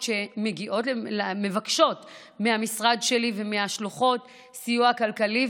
שמבקשות מהמשרד שלי ומהשלוחות סיוע כלכלי,